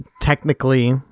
technically